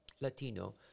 Latino